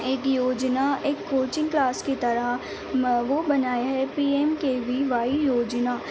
ایک یوجنا ایک کوچنگ کلاس کی طرح مرغوب بنایا ہے P M K V Y Yojana